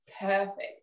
perfect